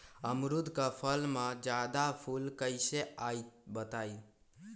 अमरुद क फल म जादा फूल कईसे आई बताई?